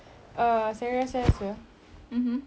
oo apa eh cause